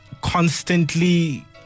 constantly